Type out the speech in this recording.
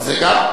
זה גם.